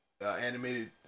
Animated